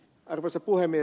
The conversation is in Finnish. arvoisa puhemies